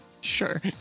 Sure